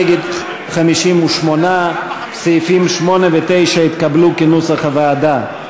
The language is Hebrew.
נגד, 58. סעיפים 8 ו-9 התקבלו, כנוסח הוועדה.